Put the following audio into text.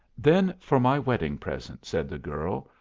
then for my wedding-present, said the girl,